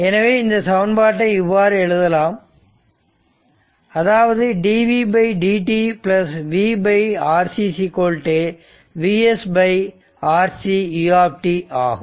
எனவே இந்த சமன்பாட்டை இவ்வாறு எழுதலாம் அதாவது dvdt V Rc Vs Rc u ஆகும்